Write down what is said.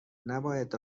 نباید